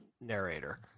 narrator